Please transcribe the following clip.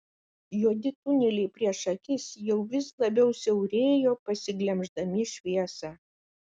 juodi tuneliai prieš akis jau vis labiau siaurėjo pasiglemždami šviesą